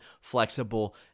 flexible